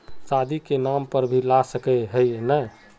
शादी के नाम पर भी ला सके है नय?